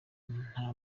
nta